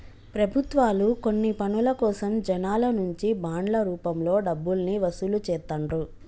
ప్రభుత్వాలు కొన్ని పనుల కోసం జనాల నుంచి బాండ్ల రూపంలో డబ్బుల్ని వసూలు చేత్తండ్రు